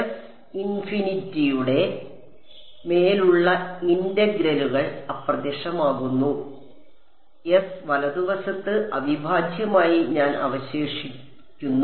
S ഇൻഫിനിറ്റിയുടെ മേലുള്ള ഇന്റഗ്രലുകൾ അപ്രത്യക്ഷമാകുന്നു S വലതുവശത്ത് അവിഭാജ്യമായി ഞാൻ അവശേഷിക്കുന്നു